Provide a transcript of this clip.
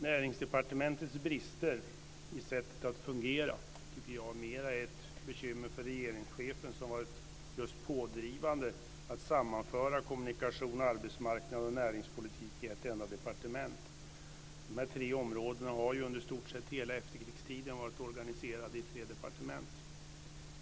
Näringsdepartementets brister i sättet att fungera tycker jag mer är ett bekymmer för regeringschefen, som varit pådrivande i att sammanföra kommunikations-, arbetsmarknads och näringspolitik i ett enda departement. De här tre områdena har under i stort sett hela efterkrigstiden varit organiserade i tre departement.